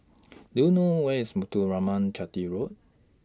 Do YOU know Where IS Muthuraman Chetty Road